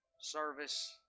service